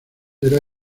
era